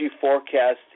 forecast